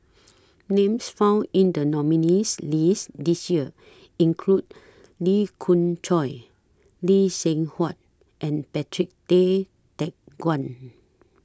Names found in The nominees' list This Year include Lee Khoon Choy Lee Seng Huat and Patrick Tay Teck Guan